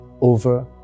over